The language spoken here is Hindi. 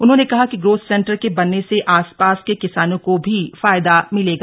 उन्होंने कहा कि ग्रोथ सेंटर के बनने से आस पास के किसानों को भी फायदा मिलेगा